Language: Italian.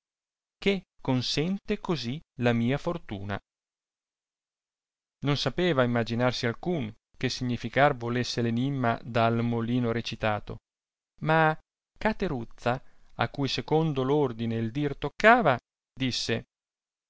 che consente così la mia fortuna non sapeva imaginarsi alcun che significar volesse l'enimma dal molino recitato ma cateruzza a cui secondo l'ordine il dir toccava disse